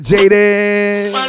Jaden